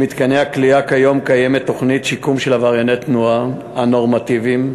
במתקני הכליאה כיום קיימת תוכנית שיקום של עברייני התנועה הנורמטיביים,